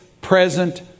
present